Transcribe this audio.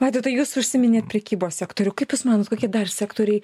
vaidotai jūs užsiminėt prekybos sektorių kaip jūs manot kokie dar sektoriai